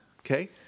Okay